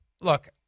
look